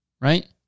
right